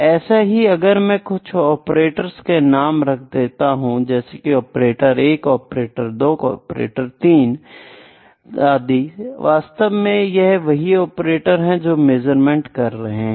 ऐसे ही अगर मैं कुछ ऑपरेटर्स के नाम रखता हूं जैसे कि ऑपरेटर 1 ऑपरेटर 2 ऑपरेटर 3 आदि वास्तव में यह वही ऑपरेटर हैं जो मेजरमेंट कर रहे हैं